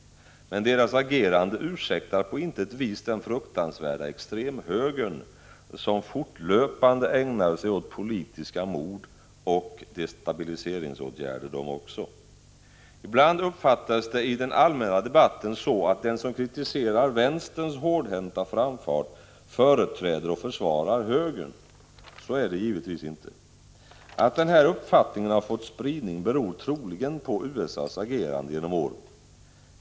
Men deras agerande ursäktar på intet sätt den fruktansvärda extremhögern, som också den fortlöpande ägnar sig åt politiska mord och destabiliseringsåtgärder. Ibland uppfattas det i den allmänna debatten så, att den som kritiserar vänsterns hårdhänta framfart företräder och försvarar högern. Så är det givetvis inte. Att den uppfattningen fått spridning beror troligen på USA:s handlande genom åren.